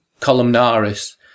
columnaris